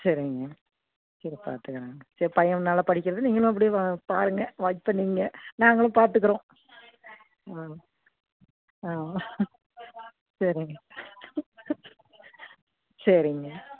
சரிங்க சரி பார்த்துக்கறேன் சரி பையன் நல்லா படிக்கிறது நீங்களும் அப்டி வா பாருங்க வா இப்போ நீங்கள் நாங்களும் பார்த்துக்கறோம் ஆ ஆ சரிங்க சரிங்க